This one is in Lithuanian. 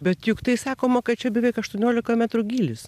bet juk tai sakoma kad čia beveik aštuoniolika metrų gylis